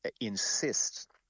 insist